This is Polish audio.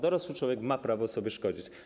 Dorosły człowiek ma prawo sobie szkodzić.